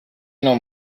non